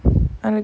I mean